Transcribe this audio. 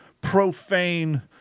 profane